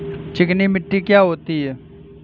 चिकनी मिट्टी क्या होती है?